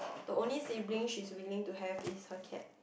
the only siblings she's willing to have is her cat